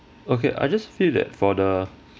okay I just feel that for the